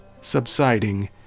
subsiding